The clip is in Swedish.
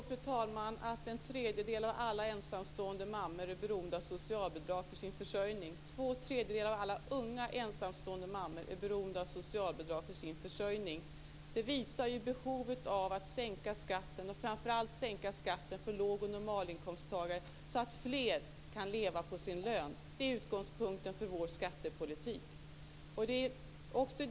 Fru talman! I dag är en tredjedel av alla ensamstående mammor beroende av socialbidrag för sin försörjning. Två tredjedelar av alla unga ensamstående mammor är beroende av socialbidrag för sin försörjning. Det visar behovet av att sänka skatten, och framför allt att sänka skatten för låg och normalinkomsttagare, så att fler kan leva på sin lön. Det är utgångspunkten för vår skattepolitik.